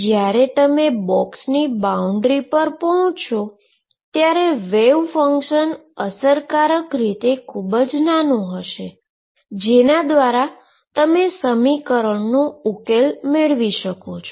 જ્યારે તમે બોકસની બાઉન્ડ્રી પર પહોચશો ત્યારે વેવ ફંક્શન અસરકારક રીતે ખુબ જ નાનુ હશે જેના દ્વારા તમે સમીકરણનો ઉકેલ મેળવી શકો છો